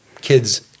kids